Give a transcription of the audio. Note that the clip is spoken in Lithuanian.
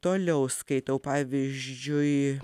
toliau skaitau pavyzdžiui